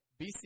BC